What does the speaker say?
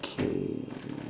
okay